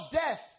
death